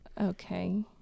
Okay